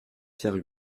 pierre